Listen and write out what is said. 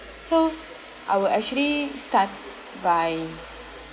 so I would actually start by